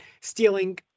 stealing